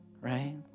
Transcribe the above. Right